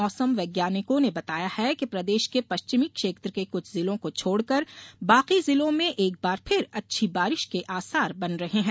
मौसम वैज्ञानिकों ने बताया है कि प्रदेश के पश्चिमी क्षेत्र के क्छ जिलों को छोड़कर बाकी जिलों में एक बार फिर अच्छी बारिश के आसार बन रहे है